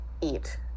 eat